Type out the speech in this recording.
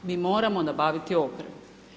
Mi moramo nabaviti opremu.